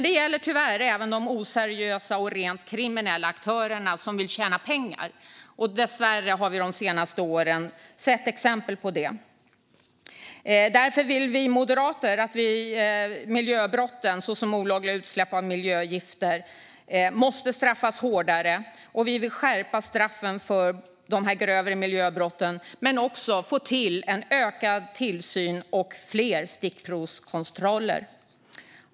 Det gäller tyvärr även oseriösa och rent kriminella aktörer som vill tjäna pengar. De senaste åren har vi dessvärre sett exempel på det. Moderaterna vill därför att miljöbrott, såsom olagliga utsläpp av miljögifter, ska straffas hårdare. Vi vill skärpa straffen för grövre miljöbrott men också få till en ökad tillsyn och fler stickprovskontroller.